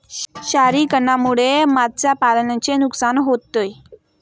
क्षारीकरणामुळे मत्स्यपालनाचे नुकसान होते